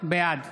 בעד